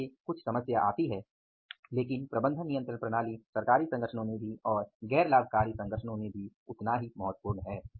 इसलिए कुछ समस्या आती है लेकिन प्रबंधन नियंत्रण प्रणाली सरकारी संगठन में भी और गैर लाभकारी संगठन में भी उतनी ही महत्वपूर्ण है